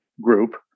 group